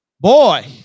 boy